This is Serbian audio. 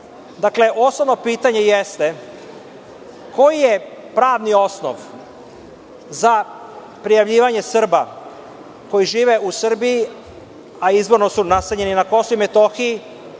države. Dakle, osnovno pitanje jeste - koji je pravni osnov za prijavljivanje Srba koji žive u Srbiji, a izvorno su nastanjeni na Kosovu i Metohiji,